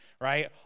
right